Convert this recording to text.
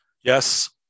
yes